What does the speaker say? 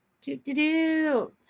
Do-do-do